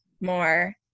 more